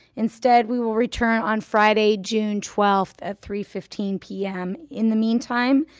instead we will return on friday, june twelfth at three fifteen p m. in the meantime,